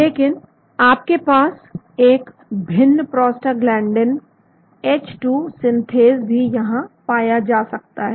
लेकिन आपके पास एक भिन्न प्रोस्टाग्लैंडइन H2 सिंथेज भी यहां पाया जा सकता है